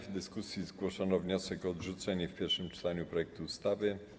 W dyskusji zgłoszono wniosek o odrzucenie w pierwszym czytaniu projektu ustawy.